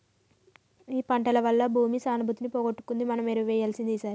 ఈ పంటల వల్ల భూమి సానుభూతిని పోగొట్టుకుంది మనం ఎరువు వేయాల్సిందే ఈసారి